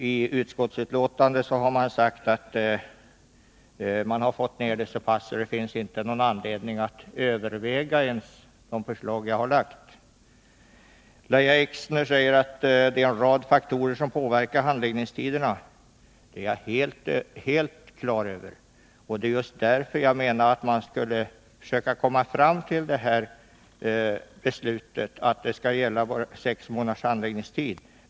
I utskottsbetänkandet sägs att handläggningstiderna har nedbringats så pass mycket att det inte ens finns någon anledning att överväga mitt förslag. Lahja Exner säger att det är en rad faktorer som påverkar handläggningstiderna. Det är jag helt på det klara med, och det är just därför jag anser att man borde komma fram till ett beslut om sex månaders handläggningstid.